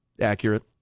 accurate